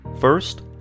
First